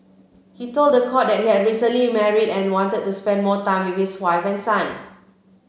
he told the court that he had recently married and wanted to spend more time with his wife and son